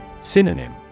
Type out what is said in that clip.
Synonym